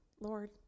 Lord